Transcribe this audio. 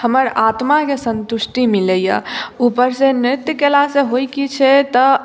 हमर आत्माके सन्तुष्टि मिलैए ऊपरसँ नृत्य केलासँ होइत की छै तऽ